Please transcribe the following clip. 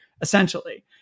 Essentially